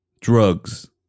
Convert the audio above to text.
Drugs